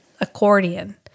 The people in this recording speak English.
accordion